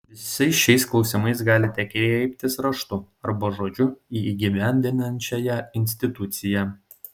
visais šiais klausimais galite kreiptis raštu arba žodžiu į įgyvendinančiąją instituciją